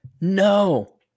no